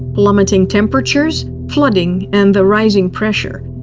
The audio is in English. plummeting temperatures, flooding, and the rising pressure.